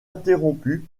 interrompues